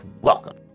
welcome